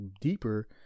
deeper